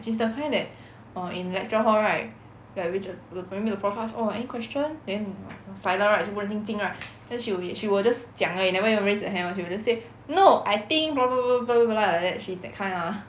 she's the friend that uh in lecture hall right like which maybe the prof ask oh any question then silent right 全部人静静 right then she will be she will just 这样而已 never even raise her hand [one] she will just say no I think blah blah blah blah blah blah like that she's that kind lah